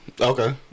Okay